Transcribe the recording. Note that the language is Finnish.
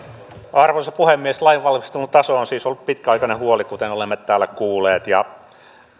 arvoisa puhemies lainvalmistelun taso on siis ollut pitkäaikainen huoli kuten olemme täällä kuulleet